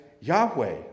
Yahweh